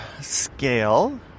scale